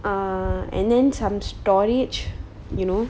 uh and then some storage you know